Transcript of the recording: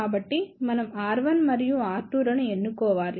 కాబట్టి మనం R1 మరియు R2విలువలను ఎన్నుకొవాలి